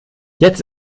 jetzt